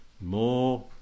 more